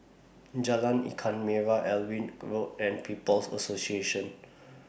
Jalan Ikan Merah Alnwick Road and People's Association